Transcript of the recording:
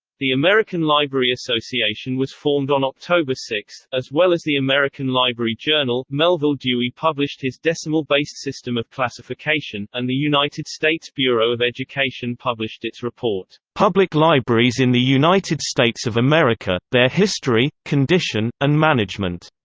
the american library association was formed on october six, as well as the american library journal, melvil dewey published his decimal-based system of classification, and the united states bureau of education published its report, public libraries in the united states of america their history, condition, and management.